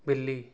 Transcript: ਬਿੱਲੀ